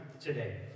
today